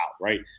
Right